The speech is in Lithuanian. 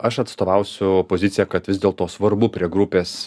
aš atstovausiu poziciją kad vis dėl to svarbu prie grupės